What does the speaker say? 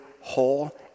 whole